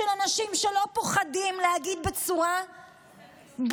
של אנשים שלא פוחדים להגיד בצורה ברורה,